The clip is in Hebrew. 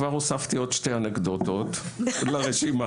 כבר הוספתי עוד שתי אנקדוטות לרשימה,